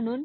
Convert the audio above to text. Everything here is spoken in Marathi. म्हणून